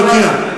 מיקי,